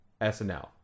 SNL